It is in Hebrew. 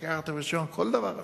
להביא בחשבון כל דבר אפשרי,